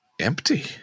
empty